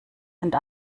sind